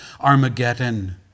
Armageddon